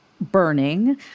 burning